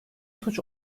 suç